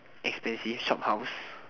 expensive shophouse